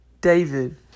David